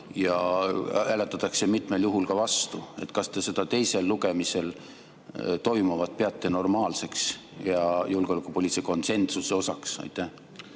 ja hääletatakse mitmel juhul ka vastu. Kas te seda teisel lugemisel toimuvat peate normaalseks ja julgeolekupoliitilise konsensuse osaks? Aitäh!